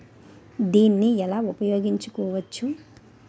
దీన్ని ఎలా ఉపయోగించు కోవచ్చు?